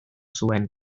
zuen